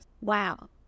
Wow